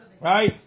Right